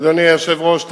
אדוני היושב-ראש,